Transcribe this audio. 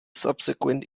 subsequent